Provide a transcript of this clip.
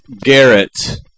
Garrett